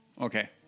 okay